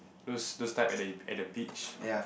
those those type at the at the beach